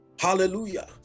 hallelujah